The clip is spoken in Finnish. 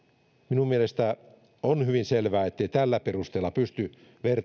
minun mielestäni on hyvin selvää ettei tällä perusteella pysty